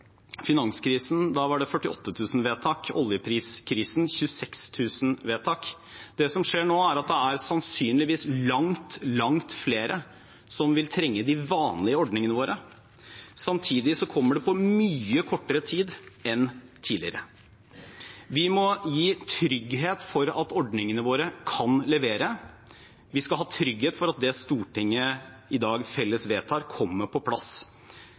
var det 48 000 vedtak, under oljepriskrisen 26 000 vedtak. Det som skjer nå, er at det sannsynligvis er langt, langt flere som vil trenge de vanlige ordningene våre. Samtidig kommer det på mye kortere tid enn tidligere. Vi må gi trygghet for at ordningene våre kan levere. Vi skal ha trygghet for at det Stortinget i dag felles vedtar, kommer på plass.